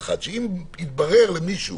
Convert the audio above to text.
אם יתברר למישהו